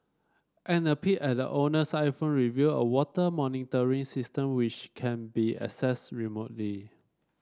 and a peek at the owner's iPhone reveal a water monitoring system which can be access remotely